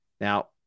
Now